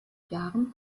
jahren